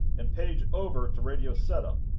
and page over to radio setup.